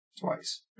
Twice